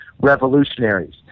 revolutionaries